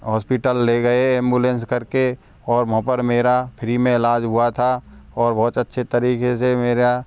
hospital ले गए ambulance करके और वहाँ पर मेरा फ्री में इलाज़ हुआ था और बहुत अच्छे तरीके से मेरा